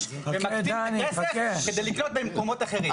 ומקצים את הכסף כדי לקנות במקומות אחרים.